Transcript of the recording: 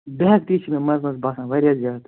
بےٚ ہٮ۪کتی چھِ مےٚ منٛز منٛز باسان واریاہ زیادٕ